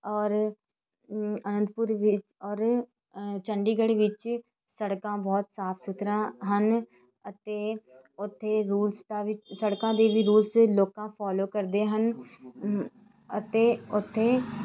ਔਰ ਅਨੰਦਪੁਰ ਵਿੱਚ ਔਰ ਚੰਡੀਗੜ੍ਹ ਵਿੱਚ ਸੜਕਾਂ ਬਹੁਤ ਸਾਫ ਸੁਥਰਾ ਹਨ ਅਤੇ ਉੱਥੇ ਰੂਲਸ ਦਾ ਵੀ ਸੜਕਾਂ ਦੇ ਵੀ ਰੂਲਸ ਲੋਕ ਫੋਲੋ ਕਰਦੇ ਹਨ ਅਤੇ ਉੱਥੇ